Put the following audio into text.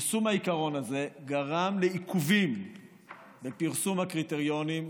יישום העיקרון הזה גרם לעיכובים בפרסום הקריטריונים,